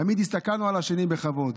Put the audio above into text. תמיד הסתכלנו על השני בכבוד.